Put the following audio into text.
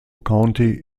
county